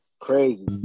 Crazy